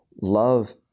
Love